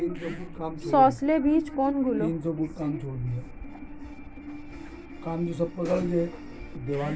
সস্যল বীজ কোনগুলো?